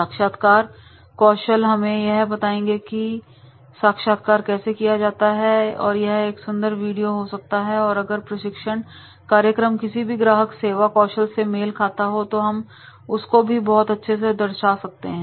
साक्षात्कार कौशल हमें यह बताएंगे कि साक्षात्कार कैसे किया जाता है और यह एक सुंदर वीडियो हो सकता है और अगर प्रशिक्षण कार्यक्रम किसी भी ग्राहक सेवा कौशल से मेल खाता हो तो हम उसको भी बहुत अच्छे से दर्शा सकते हैं